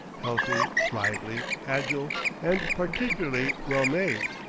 healthy, lively, agile and particularly well made,